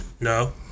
no